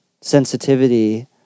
sensitivity